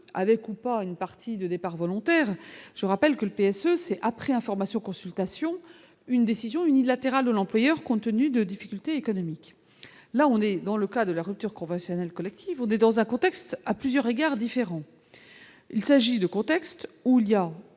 avec ou pas une partie de départs volontaires, je rappelle que le PS après information consultation une décision unilatérale de l'employeur, compte tenu de difficultés économiques, là on est dans le cas de la rupture conventionnelle collective, on est dans un contexte à plusieurs égards différent : il s'agit de contexte où il y a